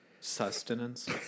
Sustenance